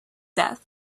death